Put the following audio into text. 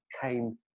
Came